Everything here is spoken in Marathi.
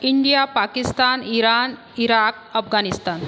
India Pakistan Iran Iraq Afghanistan